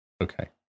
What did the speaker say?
Okay